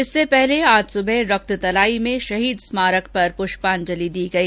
इससे पहले आज सुबह रक्त तलाई में शहीद स्मारकों पर पुष्पाजलि दी गई